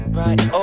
right